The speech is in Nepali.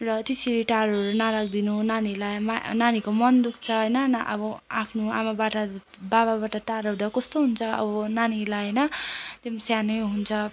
र त्यसरी टाढोहरू नराखिदिनु नानीहरूलाई मा नानीको मन दुख्छ होइन ना अब आफ्नो आमाबाट बाबाबाट टाढो हुँदा कस्तो हुन्छ अब नानीहरूलाई होइन त्यो पनि सानै हुन्छ